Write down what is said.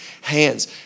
hands